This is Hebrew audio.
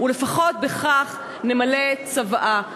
ולפחות בכך נמלא צוואה.